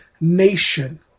nation